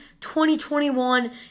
2021